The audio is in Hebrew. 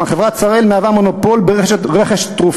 כלומר חברת "שראל" מהווה מונופול ברכש תרופות